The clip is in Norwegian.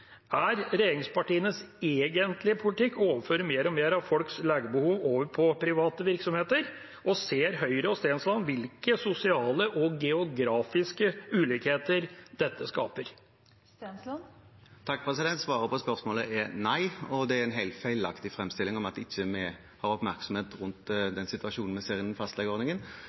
Er regjeringspartienes egentlige politikk å overføre mer og mer av folks legebehov over til private virksomheter? Og ser Høyre og representanten Stensland hvilke sosiale og geografiske ulikheter dette skaper? Svaret på spørsmålet er nei, og det er en helt feilaktig fremstilling at vi ikke har oppmerksomhet rundt den situasjonen vi ser med fastlegeordningen.